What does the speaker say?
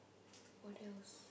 what else